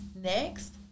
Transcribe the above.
next